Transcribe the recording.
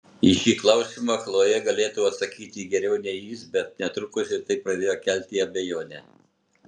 į šį klausimą chlojė galėtų atsakyti geriau nei jis bet netrukus ir tai pradėjo kelti abejonę